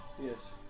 Yes